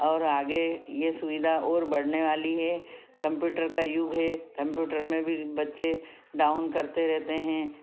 और आगे ये सुविधा और बढ़ने वाली है कंप्यूटर का युग है कंप्यूटर में भी बच्चे डाउन करते रहते हैं